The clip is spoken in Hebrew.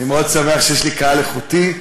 אני מאוד שמח שיש לי קהל איכותי.